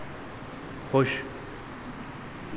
खुश